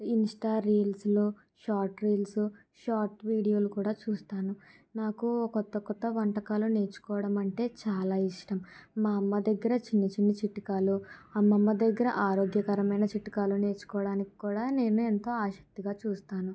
Insta రీల్స్లు short reels short వీడియోలు కూడా చూస్తాను నాకు కొత్త కొత్త వంటకాలు నేర్చుకోవడం అంటే చాలా ఇష్టం మా అమ్మ దగ్గర చిన్న చిన్న చిట్కాలు అమ్మమ్మ దగ్గర ఆరోగ్య కరమైన చిట్కాలు నేర్చుకోవడానికి కూడా నేను ఎంతో ఆసక్తిగా చూస్తాను